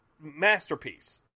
masterpiece